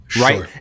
right